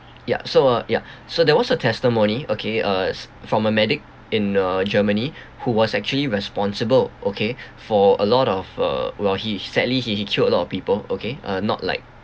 ya so uh ya so there was a testimony okay uh s~ from a medic in uh germany who was actually responsible okay for a lot of uh well he sadly he he killed a lot of people okay uh not like